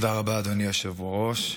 תודה רבה, אדוני היושב-ראש.